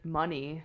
money